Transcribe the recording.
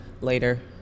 later